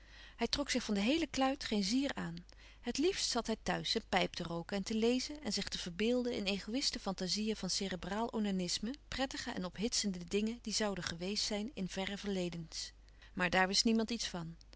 hij trok zich van de heele kluit geen zier aan het liefst zat hij thuis zijn pijp te rooken en te lezen en zich te verbeelden in egoïste fantazieën van cerebraal onanisme prettige en ophitsende dingen die zouden geweest zijn in verre verledens maar daar wist niemand iets van